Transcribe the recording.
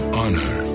honor